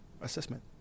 assessment